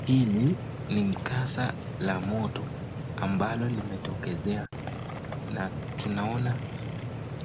Hili ni makaza la moto amablo limetokezea na tunaona